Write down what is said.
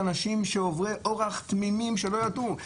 לאנשים שהם עוברי אורח תמימים שלא ידעו,